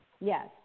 Yes